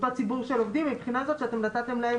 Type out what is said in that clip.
אותו ציבור מבחינה זאת שאתם נתתם להם